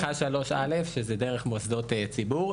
זו תמיכה 3א' שהיא דרך מוסדות ציבור,